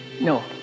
No